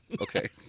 Okay